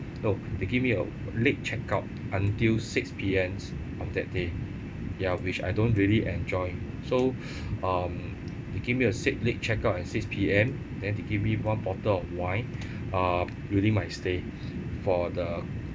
oh they give me a late check-out until six P_M on that day ya which I don't really enjoy so um they give me a six late check out at six P_M then they give me a one bottle of wine uh during my stay for the